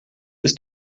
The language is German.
ist